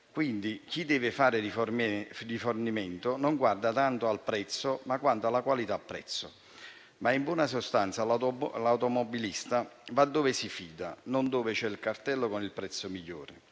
chi deve fare rifornimento non guarda tanto al prezzo, ma al rapporto tra qualità e prezzo. In buona sostanza, l'automobilista va dove si fida, non dove c'è il cartello con il prezzo migliore.